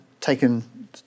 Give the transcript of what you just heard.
taken